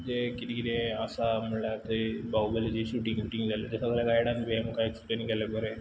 जें किद कितें आसा म्हळ्ळ्यार थंय बाहुबलीची शुटींग वुटींग जाल्ली तें सगळें गायडान बी आमकां एक्सप्लेन केलें बरें